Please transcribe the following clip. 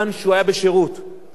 אם המצב כל כך חמור,